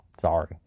sorry